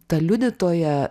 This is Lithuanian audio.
ta liudytoja